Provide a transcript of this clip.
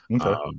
Okay